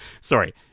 Sorry